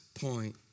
point